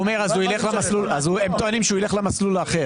אז הם טוענים שהוא יילך למסלול האחר.